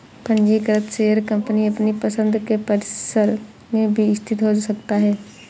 पंजीकृत share company अपनी पसंद के परिसर में भी स्थित हो सकता है